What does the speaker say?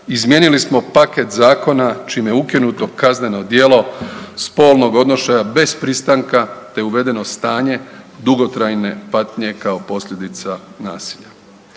izmijenili smo paket zakona čime je ukinuto kazneno djelo spolnog odnošaja bez pristanka te uvedeno stanje dugotrajne patnje kao posljedica nasilja.